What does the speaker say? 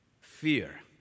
Fear